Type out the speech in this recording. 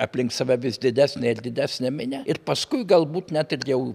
aplink save vis didesnę ir didesnę minią ir paskui galbūt net ir jau